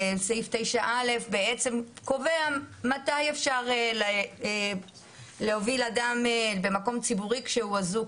סעיף 9(א) בעצם קובע מתי אפשר להוביל אדם במקום ציבורי כשהוא אזוק,